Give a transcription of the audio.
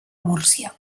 múrcia